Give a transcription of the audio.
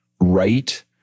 right